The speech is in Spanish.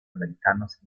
americanos